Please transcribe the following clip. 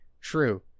true